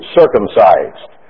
circumcised